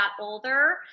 older